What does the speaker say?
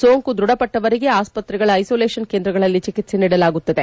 ಸೋಂಕು ದೃಢಪಟ್ವವರಿಗೆ ಆಸ್ಪತ್ರೆಗಳ ಐಸೋಲೇಷನ್ ಕೇಂದ್ರಗಳಲ್ಲಿ ಚಿಕಿತ್ಪೆ ನೀಡಲಾಗುತ್ತದೆ